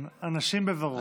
הנשים בוורוד,